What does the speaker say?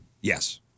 Yes